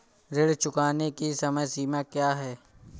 ऋण चुकाने की समय सीमा क्या है?